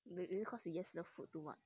maybe cause we just love food too much